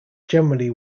generally